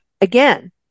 again